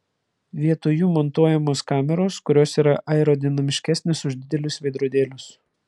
vietoj jų montuojamos kameros kurios yra aerodinamiškesnės už didelius veidrodėlius